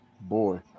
Boy